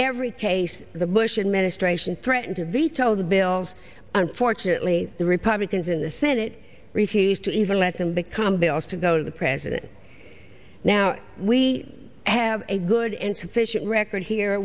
every case the bush administration threatened to veto the bills unfortunately the republicans in the senate refused to even let them become bills to go to the president now we have a good and sufficient record here